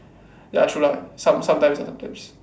ya true lah some~ sometimes lah